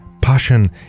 Passion